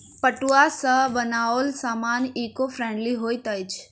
पटुआ सॅ बनाओल सामान ईको फ्रेंडली होइत अछि